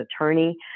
attorney